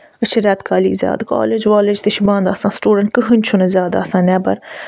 أسۍ چھِ رٮ۪تہٕ کالی زیادٕ کالیج والیج تہِ چھِ بَنٛد آسان سُٹوٗڈَنٹ کٕہٕنۍ چھِنہٕ زیادٕ آسان نٮ۪بَر